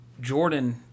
Jordan